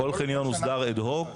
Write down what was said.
כל חניון הוסדר אד-הוק